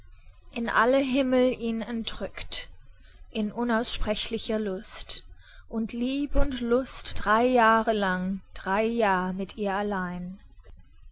in alle himmel ihn entrückt in unaussprechlicher lust und lieb und lust drei jahre lang drei jahr mit ihr allein